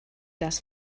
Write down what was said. das